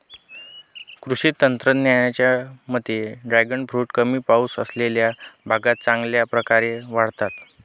कृषी तज्ज्ञांच्या मते ड्रॅगन फ्रूट कमी पाऊस असलेल्या भागात चांगल्या प्रकारे वाढतात